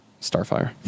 Starfire